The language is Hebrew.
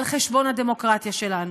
על חשבון הדמוקרטיה שלנו?